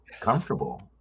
comfortable